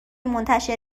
منتشر